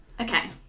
Okay